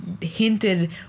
hinted